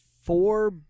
four